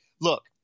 look